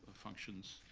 functions,